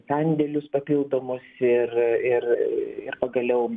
sandėlius papildomus ir ir ir pagaliau